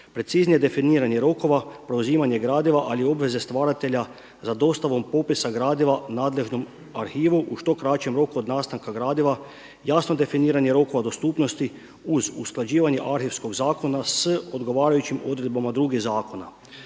Preciznije definiranih rokova, preuzimanje gradiva, ali i obveze stvaratelja za dostavom popisa gradiva nadležnom arhivu u što kraćem roku od nastanka gradiva, jasno definiranje rokova dostupnosti uz usklađivanje Arhivskog zakona s odgovarajućim odredbama drugih zakona,